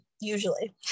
usually